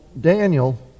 Daniel